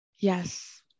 Yes